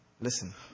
Listen